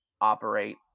operate